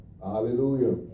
Hallelujah